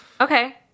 Okay